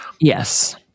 yes